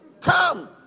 Come